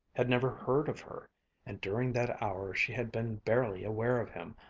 had never heard of her and during that hour she had been barely aware of him,